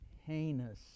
heinous